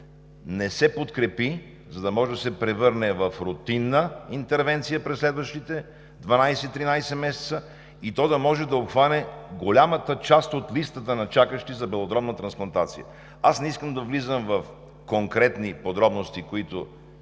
не се подкрепи, за да може да се превърне в рутинна интервенция през следващите 12 – 13 месеца, и то да може да обхване голямата част от листата на чакащи за белодробна трансплантация. Не искам да влизам в конкретни подробности, които